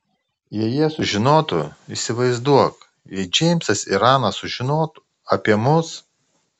jei jie sužinotų įsivaizduok jei džeimsas ir ana sužinotų apie mus